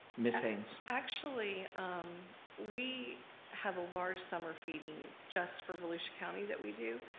ms. haynes. actually we have a large summer feeding just for volusia county that we do.